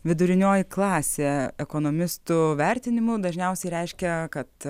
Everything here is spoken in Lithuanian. vidurinioji klasė ekonomistų vertinimu dažniausiai reiškia kad